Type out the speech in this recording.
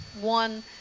One